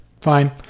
Fine